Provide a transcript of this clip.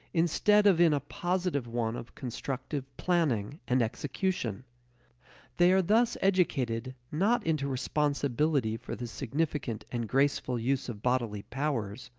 instead of in a positive one of constructive planning and execution they are thus educated not into responsibility for the significant and graceful use of bodily powers,